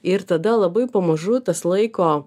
ir tada labai pamažu tas laiko